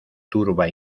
turba